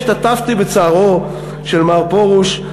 השתתפתי בצערו של מר פרוש.